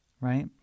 right